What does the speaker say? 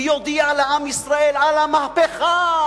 ויודיע לעם ישראל על המהפכה.